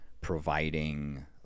providing